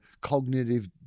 cognitive